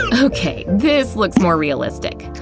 ah okay, this looks more realistic.